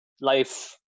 life